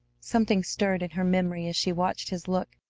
something stirred in her memory as she watched his look,